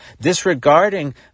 Disregarding